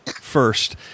first